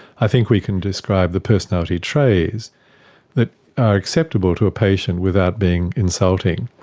i think we can describe the personality traits that are acceptable to a patient without being insulting.